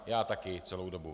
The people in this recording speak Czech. Já také celou dobu.